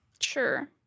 Sure